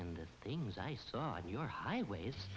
and things i saw on your highways